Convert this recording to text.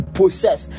possess